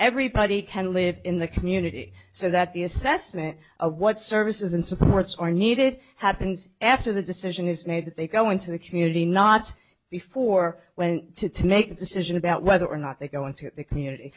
everybody can live in the community so that the assessment of what services and supports are needed happens after the decision is made that they go into the community not before when to to make a decision about whether or not they go into the community